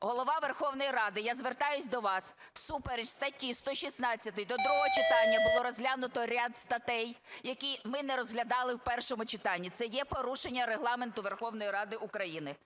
Голово Верховної Ради, я звертаюсь до вас, всупереч статті 116 до другого читання було розглянуто ряд статей, які ми не розглядали в першому читанні, це є порушенням Регламенту Верховної Ради України.